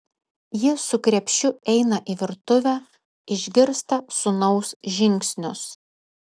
ji su krepšiu eina į virtuvę išgirsta sūnaus žingsnius